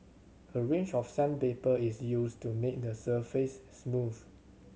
a range of sandpaper is used to make the surface smooth